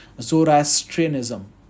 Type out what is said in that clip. Zoroastrianism